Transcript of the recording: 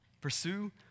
Pursue